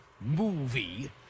movie